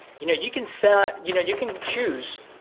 you know, you can set, you know, you can choose,